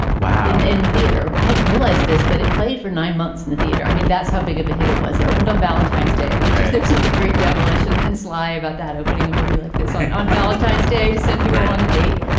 wow. in the theater. i hadn't realized this, but it played for nine months in the theater. i mean that's how big of a hit it was. it opened on valentine's day, which is there's something very devilish and and sly about that opening a movie like this and on valentine's day to send people on a date,